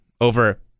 over